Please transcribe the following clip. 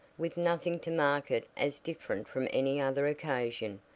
with nothing to mark it as different from any other occasion,